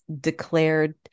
declared